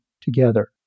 together